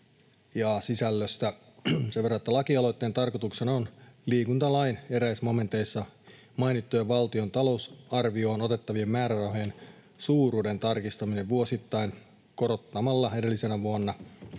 Sisällöstä sen verran, että lakialoitteen tarkoituksena on liikuntalain eräissä momenteissa mainittujen valtion talousarvioon otettavien määrärahojen suuruuden tarkistaminen vuosittain korottamalla edellisenä vuonna